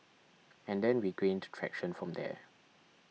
and then we gained traction from there